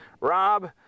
Rob